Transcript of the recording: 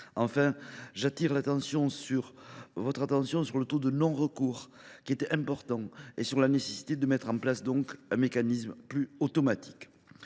j’attire votre attention sur le taux de non recours, qui est important, et sur la nécessité de mettre en place un mécanisme automatique.